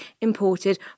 imported